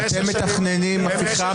את יודעת שלא מדובר פה בהרס מערכת המשפט.